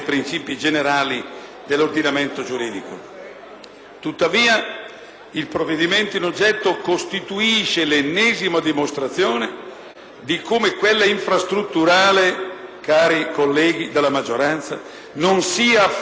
Tuttavia, il provvedimento in oggetto costituisce l'ennesima dimostrazione di come quella infrastrutturale, cari colleghi della maggioranza, non sia affatto una priorità per l'agenda politica dell'attuale Governo,